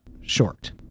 short